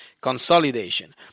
Consolidation